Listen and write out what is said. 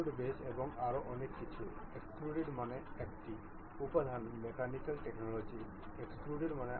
আমরা একটি কব্জা মেট নির্বাচন করব যা মেট এবং মেকানিক্যাল মেটর অধীনে উপলব্ধ